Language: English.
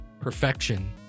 perfection